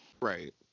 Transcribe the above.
Right